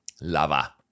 lava